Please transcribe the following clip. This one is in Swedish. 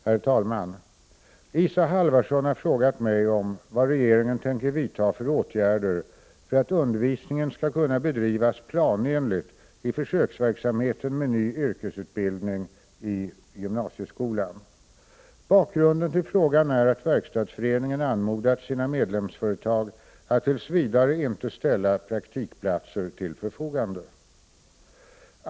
Herr talman! Isa Halvarsson har frågat mig om vad regeringen tänker vidta för åtgärder för att undervisningen skall kunna bedrivas planenligt i försöksverksamheten med ny yrkesutbildning i gymnasieskolan. Bakgrunden till frågan är att Verkstadsföreningen anmodat sina medlemsföretag att tills vidare inte ställa praktikplatser till förfogande.